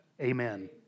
Amen